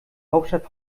hauptstadt